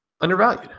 undervalued